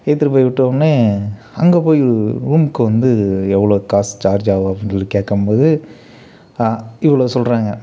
ஏற்றிட்டு போய் விட்டவோனே அங்கே போய் ரூம்க்கு வந்து எவ்வளோ காஸ்ட் சார்ஜ் ஆவும் அப்படின்னு சொல்லி கேட்கம்போது இவ்வளோ சொல்லுறாங்க